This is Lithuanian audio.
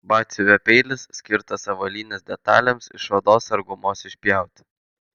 batsiuvio peilis skirtas avalynės detalėms iš odos ar gumos išpjauti